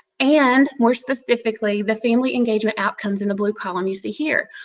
and, more specifically, the family engagement outcomes in the blue column you see here.